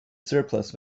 surplus